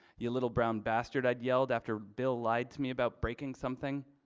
you little brown bastard, i'd yelled after bill lied to me about breaking something.